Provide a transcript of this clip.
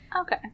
Okay